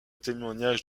témoignage